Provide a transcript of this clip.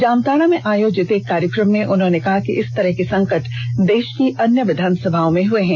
जामताड़ा में आयोजित एक कार्यक्रम में उन्होंने कहा कि इस तरह के संकट देश की अन्य विधानसभा में हुए हैं